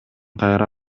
кайра